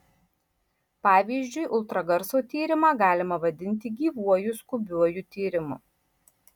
pavyzdžiui ultragarso tyrimą galima vadinti gyvuoju skubiuoju tyrimu